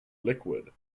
liquid